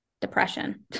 depression